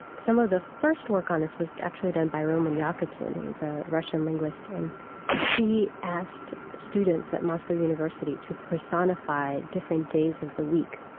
some of the first work on this was actually done by roman jakobson he's a russian linguist and he asked students at moscow university to personify different days of the week.